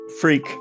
freak